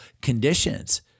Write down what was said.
conditions